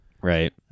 Right